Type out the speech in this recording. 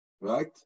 Right